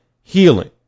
healing